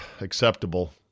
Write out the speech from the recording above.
acceptable